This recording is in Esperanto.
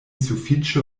sufiĉe